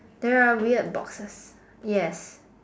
there are weird boxes yes